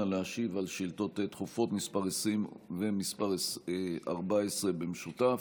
להשיב על שאילתות דחופות מס' 20 ומס' 14 במשותף.